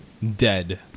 dead